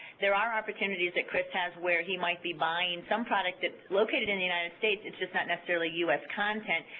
there are opportunities that chris has where he might be buying some product that's located in the united states, it's just not necessarily u s. content,